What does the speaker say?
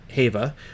Hava